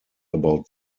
about